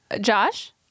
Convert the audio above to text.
Josh